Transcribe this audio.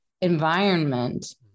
environment